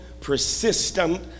persistent